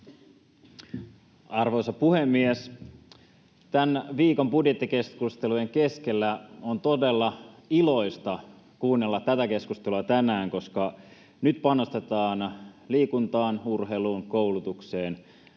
Arvoisa puhemies! Tämän viikon budjettikeskustelujen keskellä on todella iloista kuunnella tätä keskustelua tänään, koska nyt panostetaan liikuntaan, urheiluun, koulutukseen